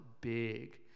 big